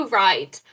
right